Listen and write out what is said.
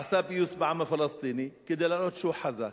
עשה פיוס בעם הפלסטיני כדי להראות שהוא חזק.